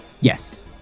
Yes